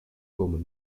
komen